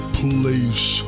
place